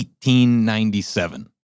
1897